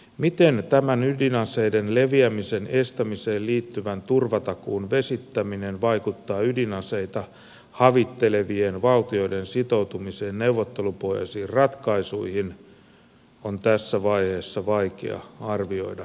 miten tämän ydinaseiden leviämisen estämiseen liittyvän turvatakuun vesittäminen vaikuttaa ydinaseita havittelevien valtioiden sitoutumiseen neuvottelupohjaisiin ratkaisuihin on tässä vaiheessa vaikea arvioida tarkemmin